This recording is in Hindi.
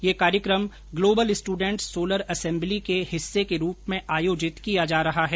यह कार्यक्रम ग्लोबल स्ट्रडेंट सोलर असेम्बली के हिस्से के रूप में आयोजित किया जा रहा है